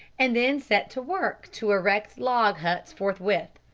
and then set to work to erect log huts forthwith.